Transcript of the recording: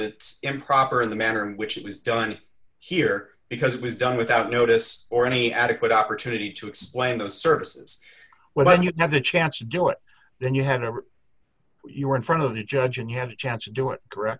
it improper in the manner in which it was done here because it was done without notice or any adequate opportunity to explain those services when you have the chance to do it then you had over you were in front of the judge and you had a chance to do it correct